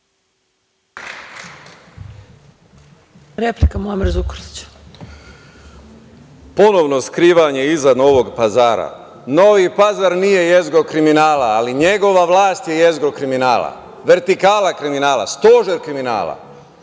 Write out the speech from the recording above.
**Muamer Zukorlić** Ponovno skrivanje iza Novog Pazara. Novi Pazar nije jezgro kriminala, ali njegova vlast je jezgro kriminala, vertikala kriminala, stožer kriminala